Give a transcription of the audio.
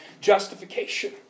justification